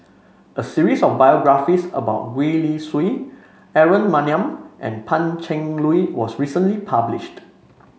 a series of biographies about Gwee Li Sui Aaron Maniam and Pan Cheng Lui was recently published